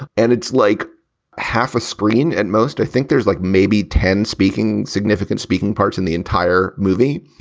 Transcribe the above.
and it's like half a screen at most. i think there's like maybe ten speaking, significant speaking parts in the entire movie.